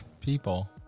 people